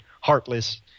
heartless